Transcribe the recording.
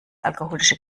alkoholische